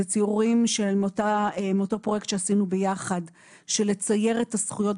זה ציורים מאותו פרויקט שעשינו ביחד - של לצייר את הזכויות,